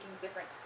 different